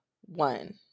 one